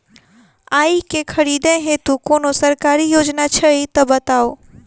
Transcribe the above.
आइ केँ खरीदै हेतु कोनो सरकारी योजना छै तऽ बताउ?